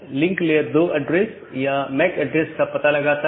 इस प्रकार एक AS में कई राऊटर में या कई नेटवर्क स्रोत हैं